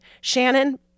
Shannon